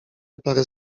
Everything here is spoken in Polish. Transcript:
parę